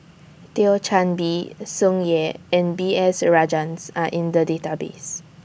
Thio Chan Bee Tsung Yeh and B S Rajhans Are in The Database